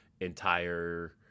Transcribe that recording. entire